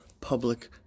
public